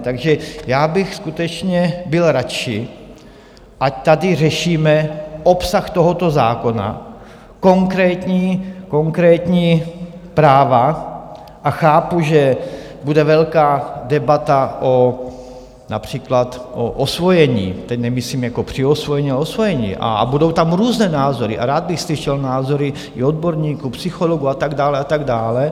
Takže já bych skutečně byl radši, ať tady řešíme obsah tohoto zákona, konkrétní práva, a chápu, že bude velká debata například o osvojení, teď nemyslím přiosvojení, ale osvojení, a budou tam různé názory a rád bych slyšel názory i odborníků, psychologů a tak dále.